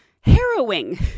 harrowing